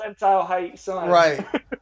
Right